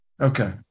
Okay